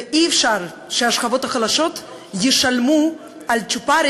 אי-אפשר שהשכבות החלשות ישלמו על צ'ופרים